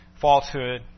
falsehood